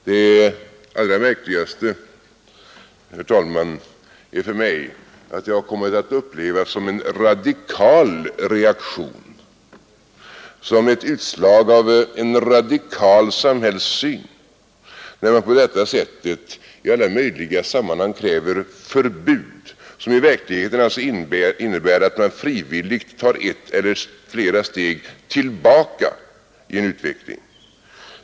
Det allra märkligaste är för mig att det har kommit att upplevas som en radikal reaktion, som ett utslag av en radikal samhällssyn, när man på detta sätt i alla möjliga sammanhang kräver förbud, vilket i verkligheten alltså innebär att man frivilligt tar ett eller flera steg tillbaka i utvecklingen.